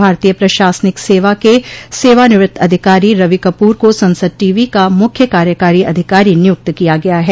भारतीय प्रशासनिक सेवा के सेवा निवृत अधिकारी रवि कपूर को संसद टीवी का मुख्य कार्यकारी अधिकारी नियुक्त किया गया है